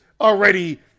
already